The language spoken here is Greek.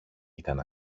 ήταν